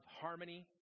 harmony